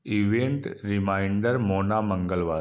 event reminder Mona मंगलवार